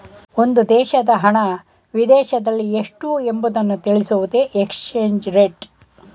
ಒಂದು ದೇಶದ ಹಣ ವಿದೇಶದಲ್ಲಿ ಎಷ್ಟು ಎಂಬುವುದನ್ನು ತಿಳಿಸುವುದೇ ಎಕ್ಸ್ಚೇಂಜ್ ರೇಟ್